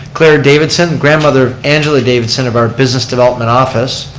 claire davidson, grandmother of angela davidson of our business development office.